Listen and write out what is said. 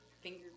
Finger